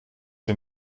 die